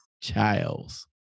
Childs